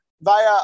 via